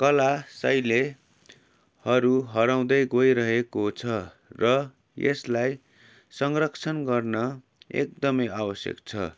कला शैलीहरू हराउँदै गइरहेको छ र यसलाई संरक्षण गर्न एकदमै आवश्यक छ